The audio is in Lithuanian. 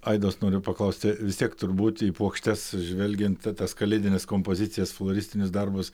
aidos noriu paklausti vis tiek turbūt į puokštes žvelgiant tas kalėdines kompozicijas floristinius darbus